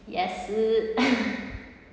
yes